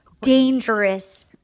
dangerous